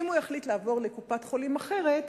אם הוא יחליט לעבור לקופת-חולים אחרת,